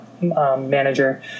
manager